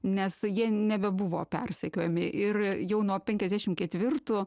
nes jie nebebuvo persekiojami ir jau nuo penkiasdešimt ketvirtų